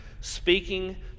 Speaking